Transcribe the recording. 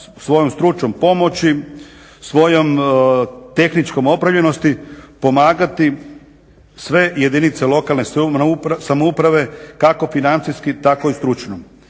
svojom stručnom pomoći, svojom tehničkom opremljenosti pomagati sve jedinice lokalne samouprave, kako financijski tako i stručno.